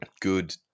good